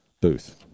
booth